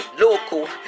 local